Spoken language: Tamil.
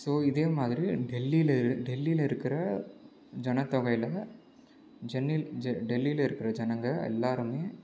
ஸோ இதேமாதிரி டெல்லியில் இரு டெல்லியில் இருக்கிற ஜனத்தொகையில் சென்னை டெல்லியில் இருக்கிற ஜனங்கள் எல்லோருமே